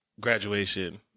graduation